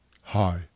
Hi